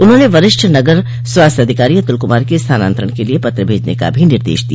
उन्होंने वरिष्ठ नगर स्वास्थ्य अधिकारी अतुल कुमार के स्थानान्तरण के लिए पत्र भेजने का भी निर्देश दिया